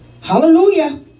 Hallelujah